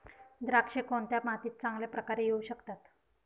द्राक्षे कोणत्या मातीत चांगल्या प्रकारे येऊ शकतात?